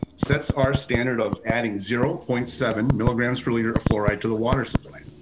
sets our standard of adding zero point seven milligrams per liter of fluoride to the water supply.